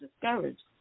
discouraged